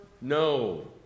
no